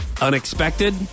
unexpected